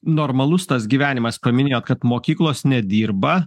normalus tas gyvenimas paminėjot kad mokyklos nedirba